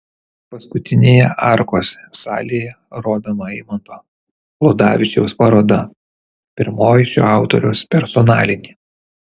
paskutinėje arkos salėje rodoma eimanto ludavičiaus paroda pirmoji šio autoriaus personalinė